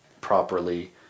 properly